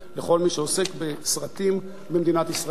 לכל מי שעוסק בסרטים במדינת ישראל.